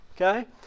okay